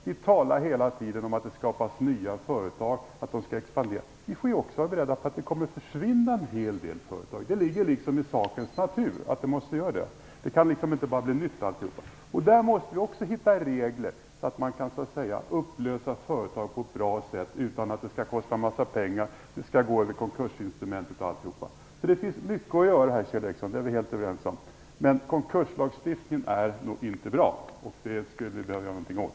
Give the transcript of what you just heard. Vi talar hela tiden om att det skall startas nya företag och att de skall expandera. Vi måste ju också vara beredda på att det kommer att försvinna en hel del företag. Det ligger i sakens natur att så kommer att ske. Där måste vi också hitta regler om hur man upplöser företag på ett bra sätt utan att det skall kosta en massa pengar och utan att man skall gå via konkursinstrumentet. Det finns mycket att göra, Kjell Ericsson, och det vet han. Men konkurslagstiftningen är inte bra, och den måste vi göra någonting åt.